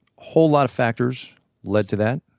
whole lot of factors led to that,